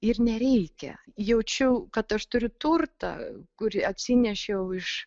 ir nereikia jaučiu kad aš turiu turtą kurį atsinešiau iš